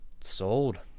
sold